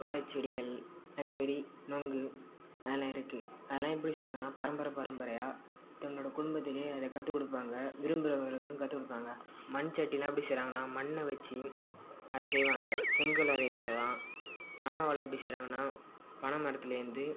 வாழைச்செடிகள் அதே மாரி நொங்கு அதுலாம் இருக்கு அதுலாம் எப்படி செய்வாங்கன்னா பரம்பரை பரம்பரையாக தன்னோட குடும்பத்துக்கே அதை கற்றுகுடுப்பாங்க விரும்புறவங்களுக்கு கற்றுகுடுப்பாங்க மண்சட்டிலாம் எப்படி செய்றாங்கன்னா மண் வச்சு அதை செய்வாங்க செங்கலும் அதே மாரி தான் பனை ஓலை எப்படி செய்றாங்கனா பனமரத்துலேந்து